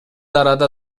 арада